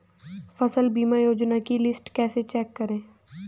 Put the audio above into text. फसल बीमा योजना की लिस्ट कैसे चेक करें?